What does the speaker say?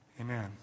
Amen